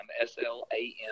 S-L-A-M